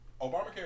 Obamacare